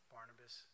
Barnabas